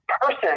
person